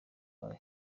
wayo